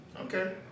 Okay